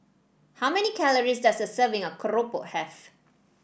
how many calories does a serving of Keropok have